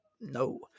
no